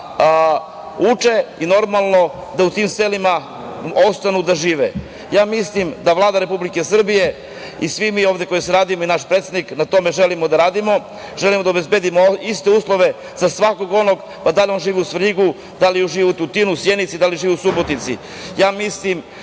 da uče i normalno da u tim selima ostanu da žive. Mislim da Vlada Republike Srbije i svi mi koji radimo i naš predsednik, na tome želimo da radimo, želimo da obezbedimo iste uslove za svakog onog, pa da li živi u Svrljigu, u Tutinu, Sjenici, Subotici. Mislim